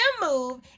move